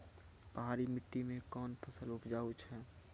पहाड़ी मिट्टी मैं कौन फसल उपजाऊ छ?